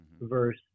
verse